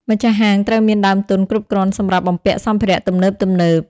ម្ចាស់ហាងត្រូវមានដើមទុនគ្រប់គ្រាន់សម្រាប់បំពាក់សម្ភារៈទំនើបៗ។